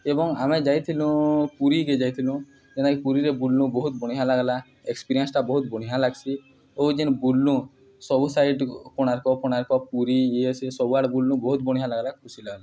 ଏବଂ ଆମେ ଯାଇଥିଲୁ ପୁରୀକେ ଯାଇଥିଲୁ ଯେନ୍ତାକି ପୁରୀରେ ବୁଲନୁଁ ବହୁତ ବଢ଼ିଆ ଲାଗ୍ଲା ଏକ୍ସପିରିଏନ୍ସଟା ବହୁତ ବଢ଼ିଆ ଲାଗ୍ସି ଯେନ୍ ବୁଲୁ ସବୁ ସାଇଡ଼୍ କୋଣାର୍କ ଫୋଣାର୍କ ପୁରୀ ଇଏ ସିଏ ସବୁଆଡ଼େ ବହୁତ ବଢ଼ିଆ ଲାଗ୍ଲା ଖୁସି ଲାଗଲା